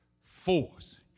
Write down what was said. force